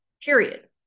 period